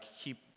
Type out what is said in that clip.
keep